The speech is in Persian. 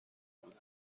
بودن